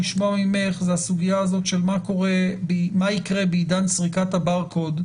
לשמוע ממך זה הסוגיה של מה יקרה בעידן סריקת הברקוד,